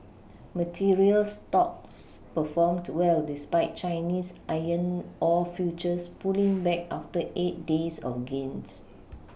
materials stocks performed well despite Chinese iron ore futures pulling back after eight days of gains